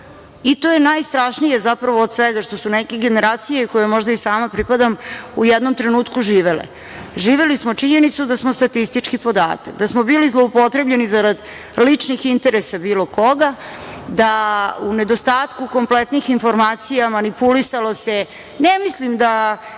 To je najstrašnije zapravo od svega što su neke generacije, kojima možda i sama pripadam, u jednom trenutku živele. Živeli smo činjenicu da smo statistički podatak, da smo bili zloupotrebljeni zarad ličnih interesa bilo koga, da se u nedostatku kompletnih informacija manipulisalo. Ne mislim da